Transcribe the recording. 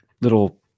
little